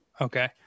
Okay